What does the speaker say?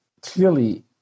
clearly